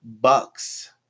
Bucks